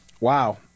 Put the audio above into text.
wow